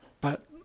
But